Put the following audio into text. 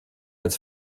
als